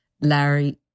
Larry